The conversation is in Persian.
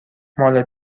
مال